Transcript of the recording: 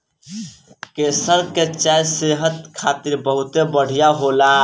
केसर के चाय सेहत खातिर बहुते बढ़िया होला